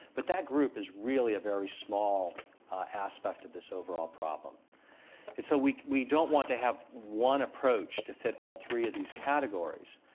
but that group is really a very small aspect of this overall problem so we we don't want to have one approach to fit all three of these categories.